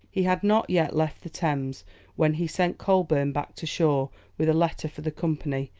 he had not yet left the thames when he sent coleburne back to shore with a letter for the company,